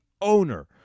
owner